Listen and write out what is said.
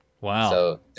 wow